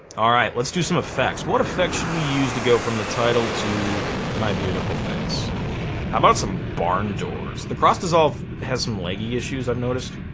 all right let's do some effects. what effects should we use to go from the title to my beautiful face? how about some barn doors? the cross dissolve has some leggy issues i've noticed.